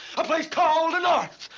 a place called north.